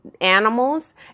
animals